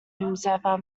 whomsoever